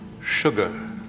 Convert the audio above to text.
sugar